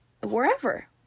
wherever